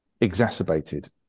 exacerbated